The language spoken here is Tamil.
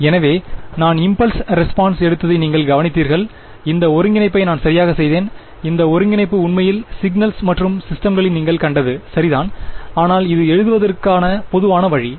எனவே நான் இம்பல்ஸ் ரெஸ்பான்ஸ் எடுத்ததை நீங்கள் கவனிக்கிறீர்கள் இந்த ஒருங்கிணைப்பை நான் சரியாகச் செய்தேன் இந்த ஒருங்கிணைப்பு உண்மையில் சிக்னல்ஸ் மற்றும் சிஸ்டம்களில் நீங்கள் கண்டது சரிதான் ஆனால் இது எழுதுவதற்கான பொதுவான வழி